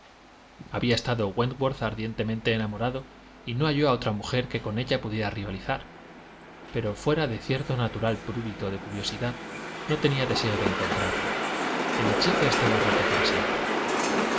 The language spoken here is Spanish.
había estado wentworth ardientemente enamorado y no halló otra mujer que con ella pudiera rivalizar pero fuera de cierto natural prurito de curiosidad no tenía deseo de encontrarla el hechizo estaba roto para siempre